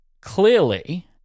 clearly